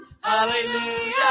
Hallelujah